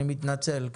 אני מתנצל.